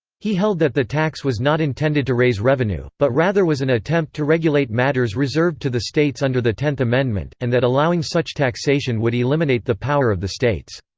he held that the tax was not intended to raise revenue, but rather was an attempt to regulate matters reserved to the states under the tenth amendment, and that allowing such taxation would eliminate the power of the states.